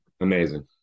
Amazing